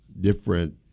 different